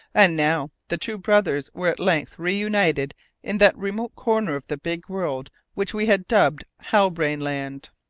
and now the two brothers were at length reunited in that remote corner of the big world which we had dubbed halbrane land.